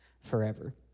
forever